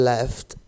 Left